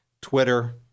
Twitter